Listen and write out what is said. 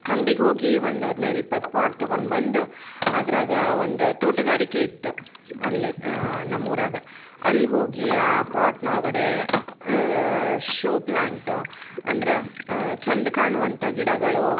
ಅಂಗ್ಡಿಗೆ ಹೋಗಿ ಒಂದು ಹದ್ನೈದು ಇಪ್ಪತ್ತು ಪಾಟ್ ತೊಗೊಂಡು ಬಂದು ಅದರಾಗ ಒಂದು ತೋಟಗಾರಿಕೆ ಇತ್ತು ಅಲ್ಲಿ ನಮ್ಮ ಊರಾಗ ಅಲ್ಲಿ ಹೋಗಿ ಆ ಪಾಟ್ನೊಳಗಡೆ ಶೋ ಪ್ಲಾಂಟ್ ಅಂದ್ರೆ ಚೆಂದ ಕಾಣುವಂಥ ಗಿಡಗಳು